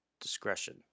discretion